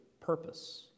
purpose